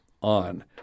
on